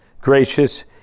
gracious